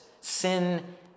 sin